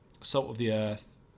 salt-of-the-earth